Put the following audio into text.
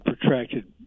protracted